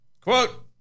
Quote